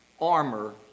armor